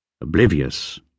oblivious